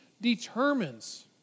determines